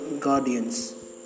guardians